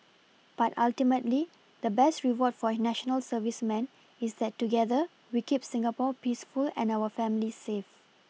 but ultimately the best reward for national servicemen is that together we keep Singapore peaceful and our families safe